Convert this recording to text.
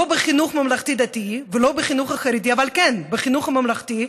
לא בחינוך הממלכתי-דתי ולא בחינוך החרדי אבל כן בחינוך הממלכתי,